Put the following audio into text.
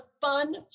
fun